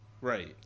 Right